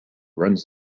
runs